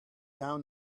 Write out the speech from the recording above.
down